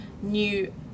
new